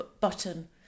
button